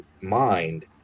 mind